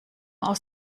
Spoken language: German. aus